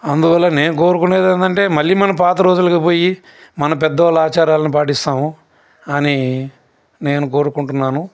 అందువల్ల నేను కోరుకునేది ఏందంటే మళ్ళీ మనం పాత రోజులకు పోయి మన పెద్ద వాళ్ళ ఆచారాలను పాటిస్తాము అనీ నేను కోరుకుంటున్నాను